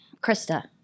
Krista